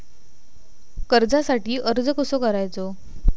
कर्जासाठी अर्ज कसो करायचो?